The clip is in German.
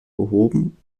behoben